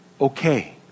okay